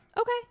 Okay